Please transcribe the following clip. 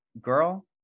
girl